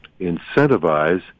incentivize